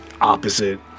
opposite